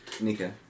Nika